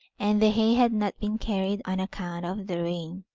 and the hay had not been carried on account of the rain,